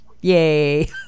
yay